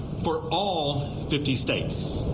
for all fifty states.